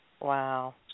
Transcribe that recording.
Wow